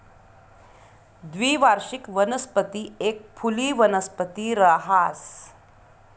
द्विवार्षिक वनस्पती एक फुली वनस्पती रहास